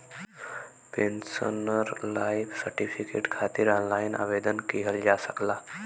pensioner life certificate खातिर online आवेदन किहल जा सकला